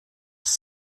ist